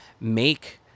make